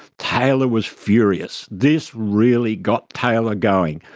taylor was furious. this really got taylor going.